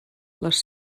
les